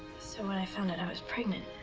so when i found out i was pregnant,